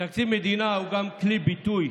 תקציב מדינה הוא גם כלי ביטוי